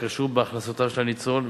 הקשור בהכנסותיו של הניצול,